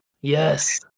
yes